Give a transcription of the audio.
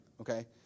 okay